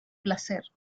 placer